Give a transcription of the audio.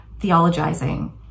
theologizing